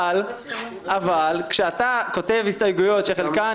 -- אבל כשאתה כותב הסתייגויות שחלקן